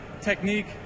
Technique